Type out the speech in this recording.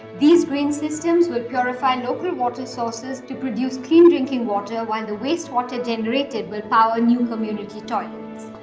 these green systems would purify local water sources to produce clean drinking water while the wastewater generated will power new community toilets.